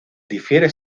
difiere